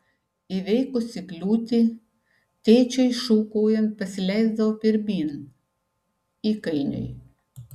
įveikusi kliūtį tėčiui šūkaujant pasileisdavo pirmyn įkainiui